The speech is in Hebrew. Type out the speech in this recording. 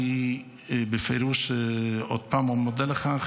אני בפירוש עוד פעם מודה לך,